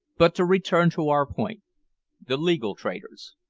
but to return to our point the legal traders.